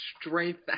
strength